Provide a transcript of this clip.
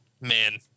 man